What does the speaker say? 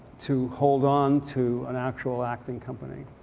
to hold on to an actual acting company.